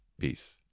Peace